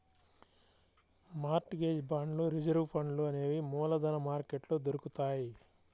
mart gauge బాండ్లు reserve ఫండ్లు అనేవి మూలధన మార్కెట్లో దొరుకుతాయ్